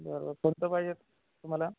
बरं कोणतं पाहिजे तुम्हाला